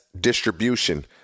distribution